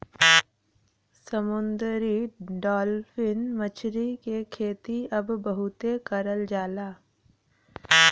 समुंदरी डालफिन मछरी के खेती अब बहुते करल जाला